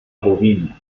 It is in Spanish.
bovino